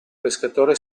pescatore